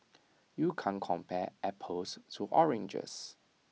you can't compare apples to oranges